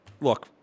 look